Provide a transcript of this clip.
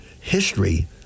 history